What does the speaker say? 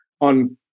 on